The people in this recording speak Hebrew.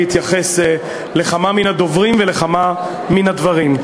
להתייחס לכמה מן הדוברים ולכמה מן הדברים.